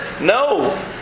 No